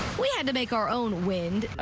we had to make our own wind